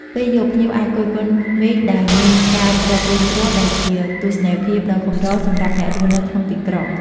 ពេលយប់ ភ្ញៀវអាចគយគន់មេឃដែលមានផ្កាយរាប់លានគ្រាប់ ដែលជាទស្សនីយភាពដ៏កម្រសម្រាប់អ្នករស់នៅក្នុងទីក្រុង។